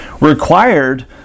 required